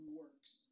works